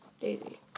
daisy